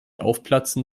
aufplatzen